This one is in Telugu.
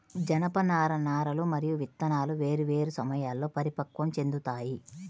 జనపనార నారలు మరియు విత్తనాలు వేర్వేరు సమయాల్లో పరిపక్వం చెందుతాయి